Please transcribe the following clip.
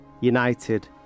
United